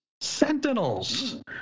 Sentinels